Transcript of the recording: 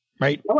right